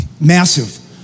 Massive